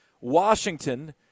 Washington